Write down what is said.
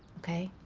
okay?